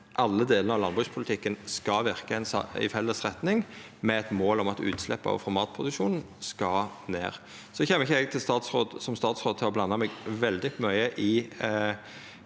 alle delane av landbrukspolitikken skal verka i felles retning, med eit mål om at utsleppa òg frå matproduksjonen skal ned. Så kjem ikkje eg som statsråd til å blanda meg veldig mykje